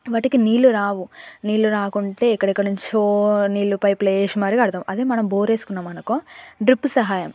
వాటికి నీళ్ళు రావు నీళ్ళు రాకుంటే ఎక్కడెక్కడ నుంచో నీళ్ళు పైప్లు వేసి మరీ కడతాం అదే మనం బోరేసుకున్నామనుకో డ్రిప్పు సహాయం